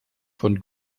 von